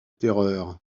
terreur